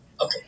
Okay